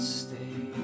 stay